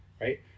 right